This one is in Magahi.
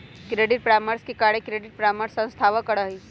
क्रेडिट परामर्श के कार्य क्रेडिट परामर्श संस्थावह करा हई